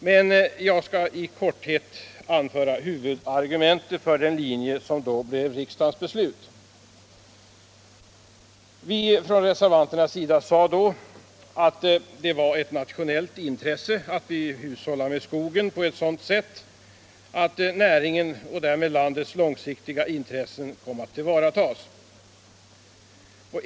Men jag kan i korthet anföra huvudargumentet för den linje som då blev riksdagens beslut. Från reservanternas sida sade vi då att det var ett nationellt intresse att hushålla med skogen på sådant sätt att näringens och därmed landets långsiktiga intressen tillvaratogs.